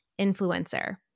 influencer